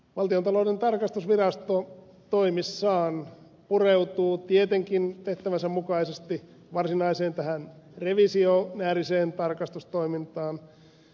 valtiontalouden tarkastusvirasto toimissaan pureutuu tietenkin tehtävänsä mukaisesti tähän varsinaiseen revisionääriseen tarkastustoimintaan